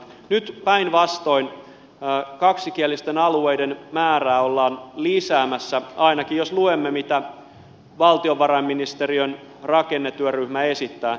nyt päinvastoin kaksikielisten alueiden määrää ollaan lisäämässä ainakin jos luemme mitä valtiovarainministeriön rakennetyöryhmä esittää